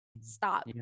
stop